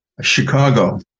Chicago